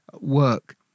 work